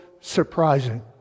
surprising